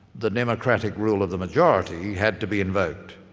the democratic rule of the majority had to be invoked,